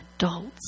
Adults